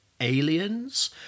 aliens